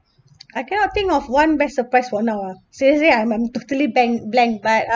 I cannot think of one best surprise for now ah seriously I'm I'm totally bank blank but uh